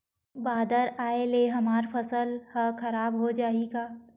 बादर आय ले हमर फसल ह खराब हो जाहि का?